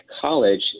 college